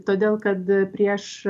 todėl kad prieš